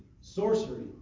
sorcery